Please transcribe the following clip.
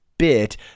bit